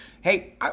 Hey